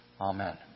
Amen